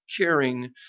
caring